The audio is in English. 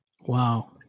Wow